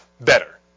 Better